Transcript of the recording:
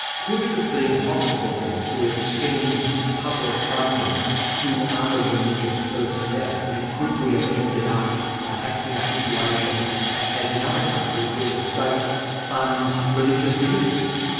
could it have been possible then to extend public funding to other religious personnel? i mean, could we have ended up perhaps in a situation as in other countries where the state funds religious ministers?